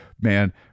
Man